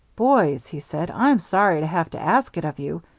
boys, he said, i'm sorry to have to ask it of you.